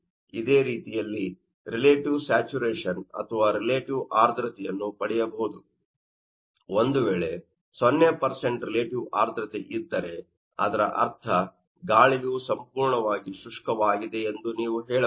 ಇದೇ ರೀತಿಯಲ್ಲಿ relative saturation ಅಥವಾ ರಿಲೇಟಿವ್ ಆರ್ದ್ರತೆಯನ್ನು ಪಡೆಯಬಹುದು ಒಂದು ವೇಳೆ 0 ರಿಲೇಟಿವ್ ಆರ್ದ್ರತೆ ಇದ್ದರೆ ಅದರ ಅರ್ಥ ಗಾಳಿಯು ಸಂಪೂರ್ಣವಾಗಿ ಶುಷ್ಕವಾಗಿದೆ ಎಂದು ನೀವು ಹೇಳಬಹುದು